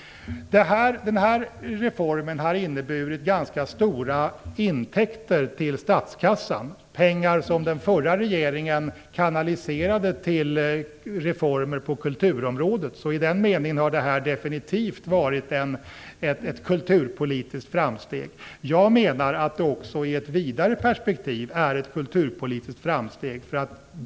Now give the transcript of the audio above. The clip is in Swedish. Denna reform har inneburit ganska stora intäkter till statskassan, pengar som den förra regeringen kanaliserade till reformer på kulturområdet. I den meningen har detta definitivt varit ett kulturpolitiskt framsteg. Jag menar att det också i ett vidare perspektiv är ett kulturpolitiskt framsteg.